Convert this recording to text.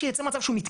ובסופו של דבר